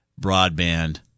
broadband